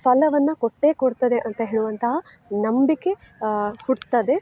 ಫಲವನ್ನು ಕೊಟ್ಟೇ ಕೊಡ್ತದೆ ಅಂತ ಹೇಳುವಂತಹ ನಂಬಿಕೆ ಹುಟ್ತದೆ